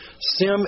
Sim